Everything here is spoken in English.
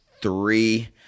three